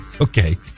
Okay